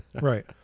Right